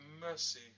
mercy